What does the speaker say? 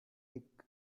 thick